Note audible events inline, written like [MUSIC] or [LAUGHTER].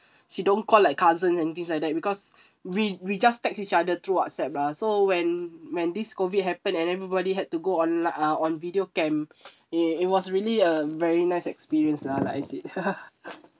she don't call like cousin and things like that because [BREATH] we we just text each other through whatsapp lah so when when this COVID happen and everybody had to go online uh on video cam [BREATH] it it was really a very nice experience lah like I said [LAUGHS]